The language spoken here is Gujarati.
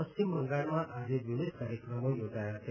પશ્ચિમ બંગાળમાં આજે વિવિધ કાર્યક્રમો યોજાયા છે